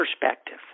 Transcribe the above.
perspective